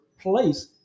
place